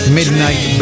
Midnight